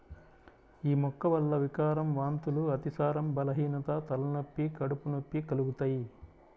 యీ మొక్క వల్ల వికారం, వాంతులు, అతిసారం, బలహీనత, తలనొప్పి, కడుపు నొప్పి కలుగుతయ్